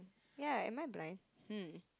ya am I blind hmm